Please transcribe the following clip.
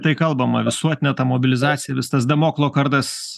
tai kalbama visuotine mobilizacija vis tas damoklo kardas